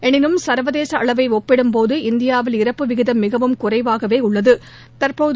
எனினும் சர்வதேச அளவை ஒப்பிடும் போது இந்தியாவில் இறப்பு விகிதம் மிகவும் குறைவாகவே டள்ளது